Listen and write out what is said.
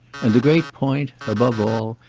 and the great point, above all,